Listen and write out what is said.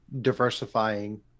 diversifying